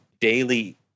daily